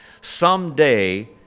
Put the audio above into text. Someday